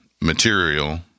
material